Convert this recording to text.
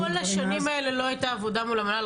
כל השנים האלה לא הייתה עבודה מול המל"ל,